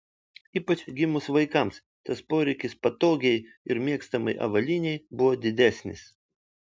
ypač gimus vaikams tas poreikis patogiai ir mėgstamai avalynei buvo didesnis